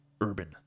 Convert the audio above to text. urban